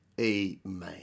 Amen